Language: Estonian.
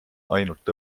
ainult